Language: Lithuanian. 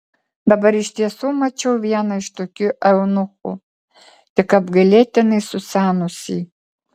dabar iš tiesų mačiau vieną iš tokių eunuchų tik apgailėtinai susenusį